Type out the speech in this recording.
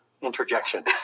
Interjection